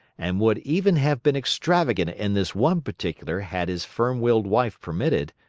and would even have been extravagant in this one particular had his firm-willed wife permitted,